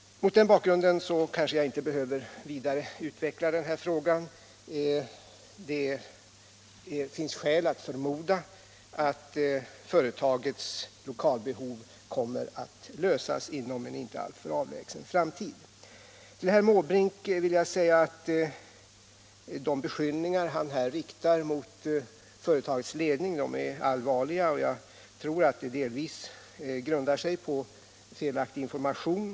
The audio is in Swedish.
Mot den bakgrunden kanske jag inte behöver vidare utveckla den här frågan. Det finns skäl att förmoda att företagets lokalproblem kommer att lösas inom en inte alltför avlägsen framtid. De beskyllningar som herr Måbrink här riktar mot företagets ledning är allvarliga, och jag tror att de delvis grundar sig på felaktig information.